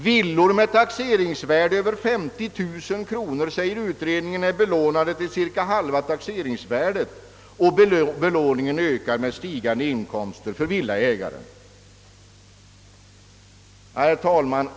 Villor med taxeringsvärde över 50 000 kronor, säger utredningen, är belånade till cirka halva taxeringsvärdet, och belåningen ökar med stigande inkomster för villaägarna. Herr talman!